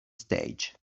stage